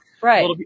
Right